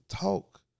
talk